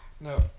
No